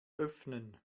öffnen